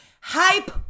hype